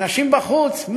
אנשים בחוץ?